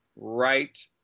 right